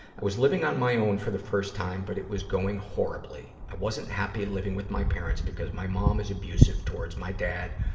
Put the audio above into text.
i was living on my own for the first time, but it was going horribly. i wasn't happy living with my parents, because my mom is abusive towards my dad,